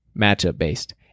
Matchup-based